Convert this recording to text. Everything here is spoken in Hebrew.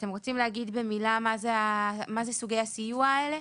אתם רוצים להגיד במילה מה זה סוגי הסיוע האלה?